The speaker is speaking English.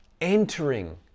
entering